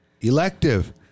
Elective